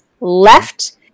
Left